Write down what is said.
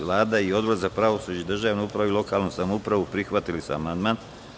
Vlada i Odbor za pravosuđe, državnu upravu i lokalnu samoupravu prihvatili su amandman.